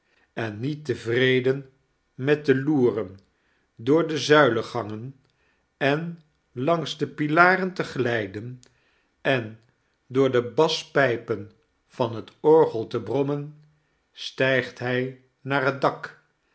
en niet tevreden met te loeren door de zuilengangen en langs de pilaren te glijden en door dc bnspijpen van het orgel te brommen stijgt hij naar het dak